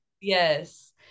Yes